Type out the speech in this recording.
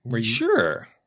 Sure